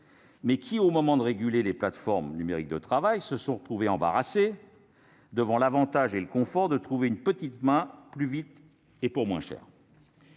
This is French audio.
Seulement, au moment de réguler les plateformes numériques de travail, ils se sont retrouvés embarrassés devant l'avantage et le confort qu'il y a à trouver une petite main plus vite et pour moins cher.